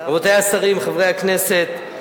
רבותי השרים, חברי הכנסת,